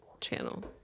channel